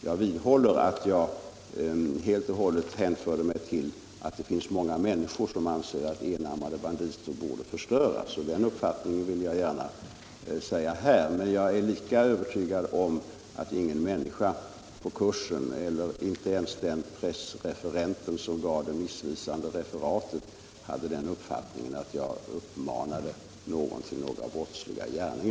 Jag vidhåller att jag hänvisade till att många människor anser att enarmade banditer borde förstöras, och den uppfattningen vill jag gärna deklarera också här. Jag är helt övertygad om att ingen på kursen, inte ens den journalist som skrev det missvisande referatet, hade den uppfattningen att jag uppmanade någon till brottslig gärning.